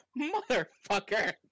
Motherfucker